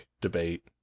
debate